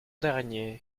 dernier